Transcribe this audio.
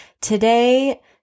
today